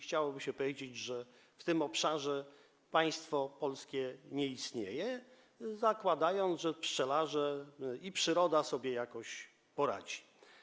Chciałoby się powiedzieć, że w tym obszarze państwo polskie nie istnieje, zakładając, że pszczelarze i przyroda sobie jakoś poradzą.